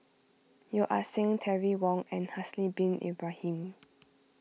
Yeo Ah Seng Terry Wong and Haslir Bin Ibrahim